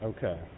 Okay